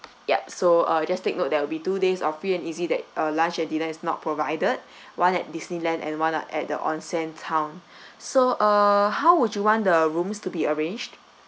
yup so uh just take note there will be two days of free and easy that uh lunch and dinner is not provided one at disneyland and one are at the onsen town so uh how would you want the rooms to be arranged